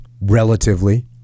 relatively